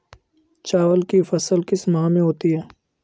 चावल की फसल किस माह में होती है?